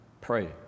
pray